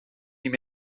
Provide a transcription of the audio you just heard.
niet